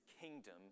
kingdom